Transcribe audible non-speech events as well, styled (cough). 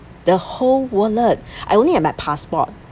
the whole wallet (breath) I only have my passport